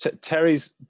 Terry's